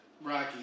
Rocky